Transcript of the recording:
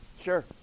Sure